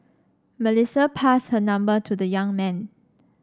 Melissa passed her number to the young man